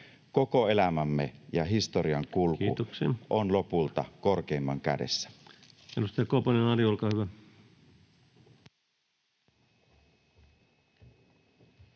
Koko elämämme ja historian kulku on lopulta korkeimman kädessä.